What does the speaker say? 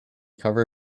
cover